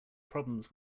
problems